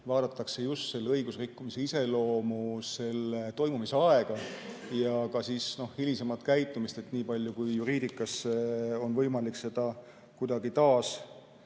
vaadatakse just selle õigusrikkumise iseloomu, selle toimumise aega ja ka hilisemat käitumist, nii palju, kui juriidikas on võimalik seda kuidagi